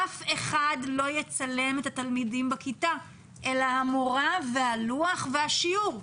אף אחד לא יצלם את התלמידים בכיתה אלא את המורה והלוח והשיעור.